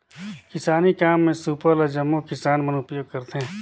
किसानी काम मे सूपा ल जम्मो किसान मन उपियोग करथे